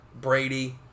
Brady